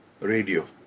radio